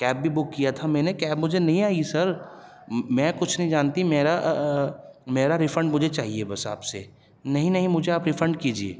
cab بھی book کیا تھا میں نے کیب مجھے نہیں آئی سر میں کچھ نہیں جانتی میرا میرا ریفنڈ مجھے چاہیے بس آپ سے نہیں نہیں مجھے آپ ریفنڈ کیجیے